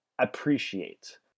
appreciate